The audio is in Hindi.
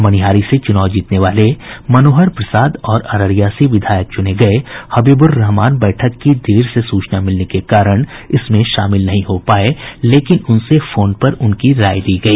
मनिहारी से चुनाव जीतने वाले मनोहर प्रसाद और अररिया से विधायक चुने गए हबीबुर्रहमान बैठक की देर से सूचना मिलने के कारण इसमें शामिल नहीं हो पाए लेकिन उनसे फोन पर उनकी राय ली गई